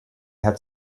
had